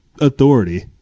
authority